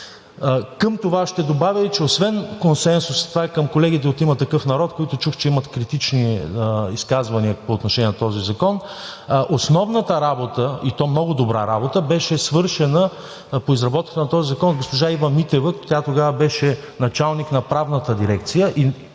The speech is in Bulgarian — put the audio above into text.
Към това ще добавя, че и освен консенсус, това е към колегите от „Има такъв народ“, които чух, че имат критични изказвания по отношение на този закон, основната работа, и то много добра работа, беше свършена по изработката на този закон от госпожа Ива Митева. Тя тогава беше началник на Правната дирекция